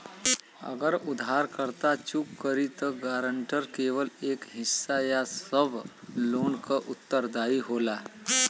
अगर उधारकर्ता चूक करि त गारंटर केवल एक हिस्सा या सब लोन क उत्तरदायी होला